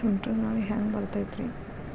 ಸುಂಟರ್ ಗಾಳಿ ಹ್ಯಾಂಗ್ ಬರ್ತೈತ್ರಿ?